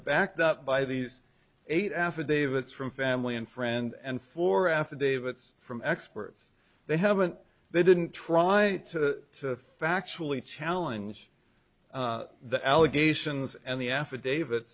backed up by these eight affidavits from family and friends and for affidavits from experts they haven't they didn't try to factually challenge the allegations and the affidavit